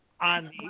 on